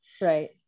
Right